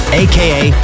aka